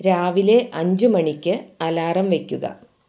രാവിലെ അഞ്ച് മണിക്ക് അലാറം വെക്കുക